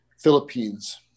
Philippines